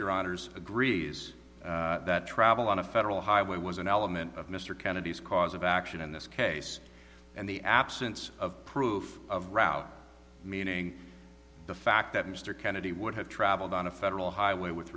your honour's agrees that travel on a federal highway was an element of mr kennedy's cause of action in this case and the absence of proof of route meaning the fact that mr kennedy would have traveled on a federal highway with